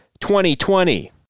2020